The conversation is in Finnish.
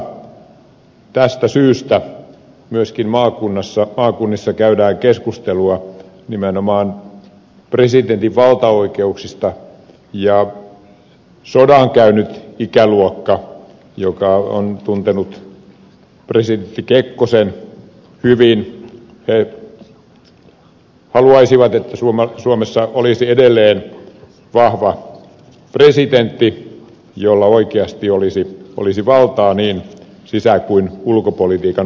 osaltaan tästä syystä myöskin maakunnissa käydään keskustelua nimenomaan presidentin valtaoikeuksista ja sodan käynyt ikäluokka joka on tuntenut presidentti kekkosen hyvin haluaisi että suomessa olisi edelleen vahva presidentti jolla oikeasti olisi valtaa niin sisä kuin ulkopolitiikan osalta